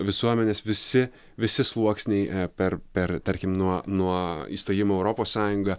visuomenės visi visi sluoksniai per per tarkim nuo nuo įstojimo europos sąjungą